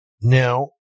Now